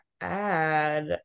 add